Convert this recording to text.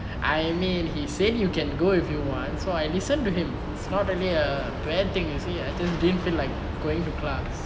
I mean he said you can go if you want so I listen to him it's not really a bad thing you see I just didn't feel like going to class